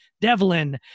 Devlin